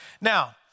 Now